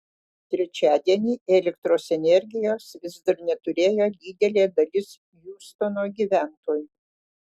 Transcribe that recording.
trečiadienį elektros energijos vis dar neturėjo didelė dalis hiūstono gyventojų